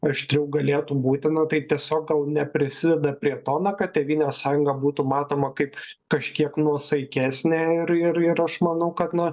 aštriau galėtų būti na tai tiesiog neprisideda prie to na kad tėvynės sąjunga būtų matoma kaip kažkiek nuosaikesnė ir ir ir aš manau kad na